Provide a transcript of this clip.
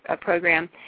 program